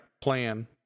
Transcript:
plan